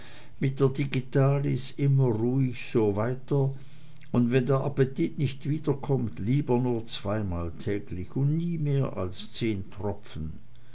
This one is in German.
mit der digitalis immer ruhig so weiter und wenn der appetit nicht wiederkommt lieber nur zweimal täglich und nie mehr als zehn tropfen